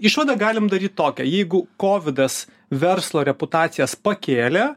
išvadą galim daryt tokią jeigu kovidas verslo reputacijas pakėlė